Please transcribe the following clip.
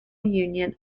union